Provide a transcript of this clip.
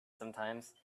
sometimes